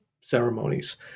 ceremonies